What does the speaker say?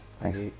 Thanks